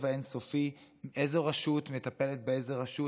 האין-סופי איזו רשות מטפלת באיזו רשות,